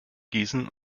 gießen